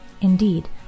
Indeed